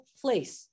place